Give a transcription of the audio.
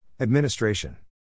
Administration